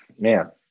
man